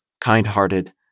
kind-hearted